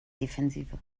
defensive